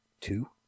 two